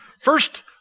First